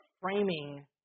framing